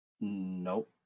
Nope